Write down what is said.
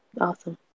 awesome